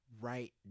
right